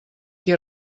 qui